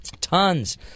Tons